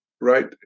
right